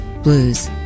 blues